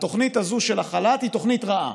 התוכנית הזו של החל"ת היא תוכנית רעה.